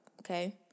okay